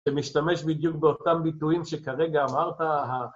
ומשתמש בדיוק באותם ביטויים שכרגע אמרת